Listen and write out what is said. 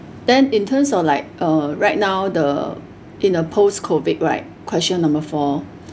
then in terms of like uh right now the in a post COVID right question number four